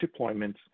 deployments